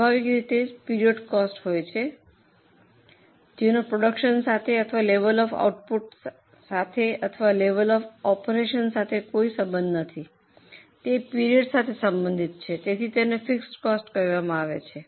સ્વાભાવિક રીતે period cost હોય છે જેનો પ્રોડ્યૂકશન સાથે અથવા લેવલ ઑફ આઉટપુટના સાથે અથવા લેવલ ઑફ ઓપરેશન સાથે સંબંધ નથી તે પિરિઓડ સાથે સંબંધિત છે તેથી તેને ફિક્સડ કોસ્ટ કહેવામાં આવે છે